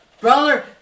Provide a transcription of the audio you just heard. Brother